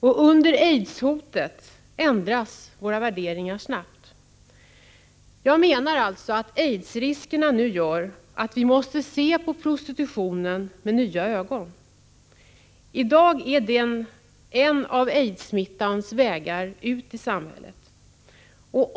Och under aidshotet ändras våra värderingar snabbt. Jag menar alltså att aidsriskerna gör att vi nu måste se på prostitutionen med nya ögon. I dag är prostitutionen en av aidssmittans vägar ut i samhället.